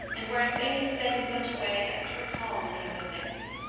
and where a thing is said in such a way as to recall many other things.